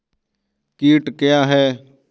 कीट क्या है?